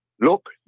Look